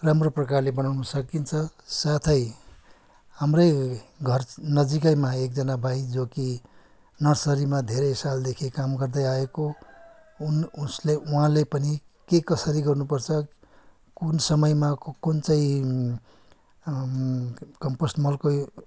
राम्रो प्रकारले बनाउन सकिन्छ साथै हाम्रै घर नजिकैमा एकजना भाइ जो कि नर्सरीमा धेरै सालदेखि काम गर्दै आएको उन उसले उहाँले पनि के कसरी गर्नुपर्छ कुन समयमा कुन चाहिँ कम्पोस्ट मलको यो